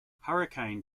hurricane